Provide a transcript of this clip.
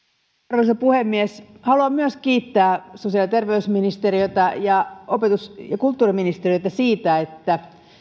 arvoisa puhemies haluan myös kiittää sosiaali ja terveysministeriötä ja opetus ja kulttuuriministeriötä siitä että